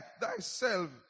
thyself